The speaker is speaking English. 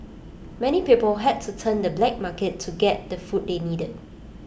many people had to turn to the black market to get the food they needed